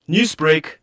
Newsbreak